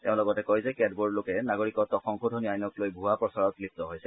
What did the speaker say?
তেওঁ লগতে কয় যে কেতবোৰ লোকে নাগৰিকত্ব সংশোধনী আইনক লৈ ভুৱা প্ৰচাৰত লিপ্ত হৈছে